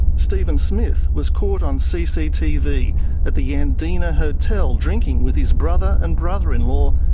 steven smith was caught on cctv at the yandina hotel drinking with his brother and brother in law,